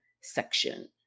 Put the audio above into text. section